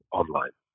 online